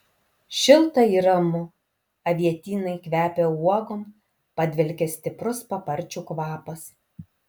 šilta ir ramu avietynai kvepia uogom padvelkia stiprus paparčių kvapas